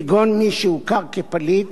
כגון מי שהוכר כפליט,